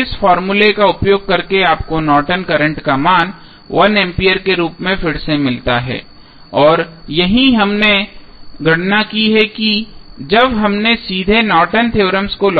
इस फॉर्मूले का उपयोग करके आपको नॉर्टन करंट Nortons current का मान 1 एम्पीयर के रूप में फिर से मिलता है और यही हमने गणना की जब हमने सीधे नॉर्टन थ्योरम Nortons Theorem को लागू किया